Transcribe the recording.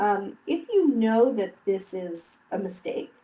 if you know that this is a mistake,